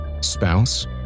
spouse